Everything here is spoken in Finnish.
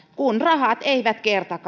kun rahat eivät